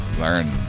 learn